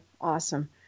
Awesome